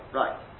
right